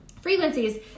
Frequencies